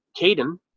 Caden